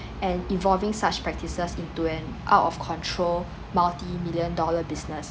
and involving such practices into an out of control multi million dollar business